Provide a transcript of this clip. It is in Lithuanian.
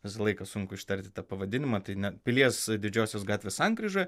visą laiką sunku ištarti tą pavadinimą tai ne pilies didžiosios gatvės sankryžoj